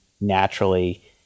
naturally